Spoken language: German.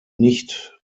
nicht